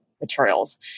materials